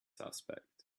aspect